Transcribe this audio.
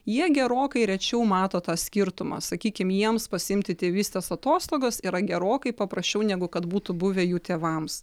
jie gerokai rečiau mato tą skirtumą sakykim jiems pasiimti tėvystės atostogas yra gerokai paprasčiau negu kad būtų buvę jų tėvams